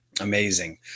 Amazing